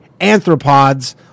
Anthropods